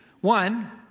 One